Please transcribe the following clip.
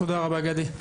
תודה רבה גדי.